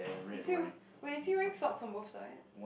is he wait is he wearing socks on both sides